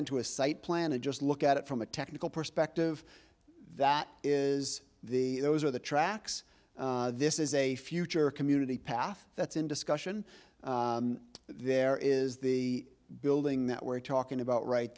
into a site plan a just look at it from a technical perspective that is the where the tracks this is a future community path that's in discussion there is the building that we're talking about right